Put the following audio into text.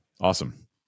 awesome